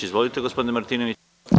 Izvolite, gospodine Martinoviću.